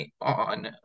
on